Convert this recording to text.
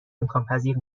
امکانپذیر